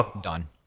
done